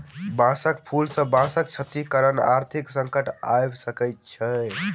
बांसक फूल सॅ बांसक क्षति कारण आर्थिक संकट आइब सकै छै